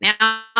now